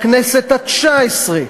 בכנסת התשע-עשרה.